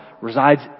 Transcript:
resides